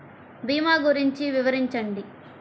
భీమా గురించి వివరించండి?